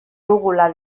dugula